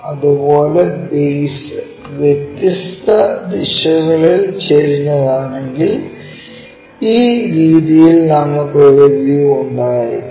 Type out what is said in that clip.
അതുപോലെ ബേസ് വ്യത്യസ്ത ദിശകളിലേക്ക് ചരിഞ്ഞതാണെങ്കിൽ ഈ രീതിയിൽ നമുക്ക് ഒരു വ്യൂ ഉണ്ടായിരിക്കും